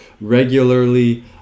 regularly